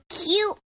cute